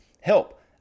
help